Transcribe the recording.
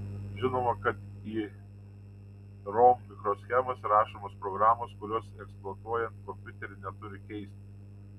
žinoma kad į rom mikroschemas rašomos programos kurios eksploatuojant kompiuterį neturi keistis